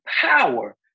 power